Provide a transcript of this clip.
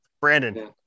brandon